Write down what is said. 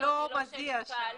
זה לא שיש התקהלות,